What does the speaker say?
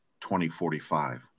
2045